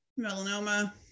melanoma